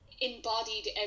embodied